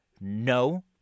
no